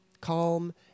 calm